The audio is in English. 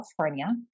California